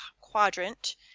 quadrant